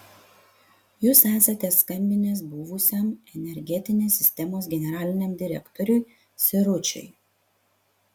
jūs esate skambinęs buvusiam energetinės sistemos generaliniam direktoriui siručiui